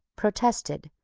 protested,